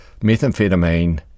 methamphetamine